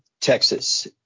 Texas